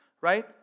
right